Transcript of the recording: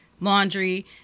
laundry